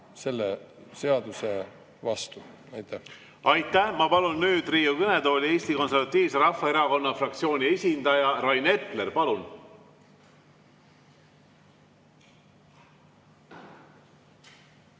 selle seaduse vastu! Aitäh! Aitäh! Ma palun nüüd Riigikogu kõnetooli Eesti Konservatiivse Rahvaerakonna fraktsiooni esindaja Rain Epleri. Palun!